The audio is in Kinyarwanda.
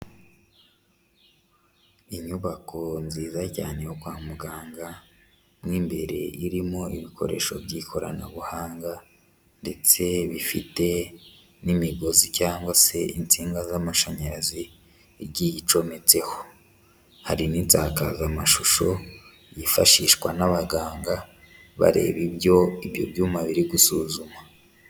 Inyubako nziza cyane yo kwa muganga, mo imbere irimo ibikoresho by'ikoranabuhanga ndetse bifite n'imigozi cyangwa se insinga z'amashanyarazi igiye icometseho, hari n'insakazamashusho yifashishwa n'abaganga bareba ibyo ibyo byuma biri gusuzuma.